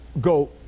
go